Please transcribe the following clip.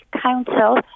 Council